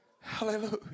hallelujah